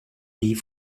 die